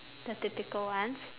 the typical ones